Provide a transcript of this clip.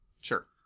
Sure